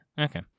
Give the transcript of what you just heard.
okay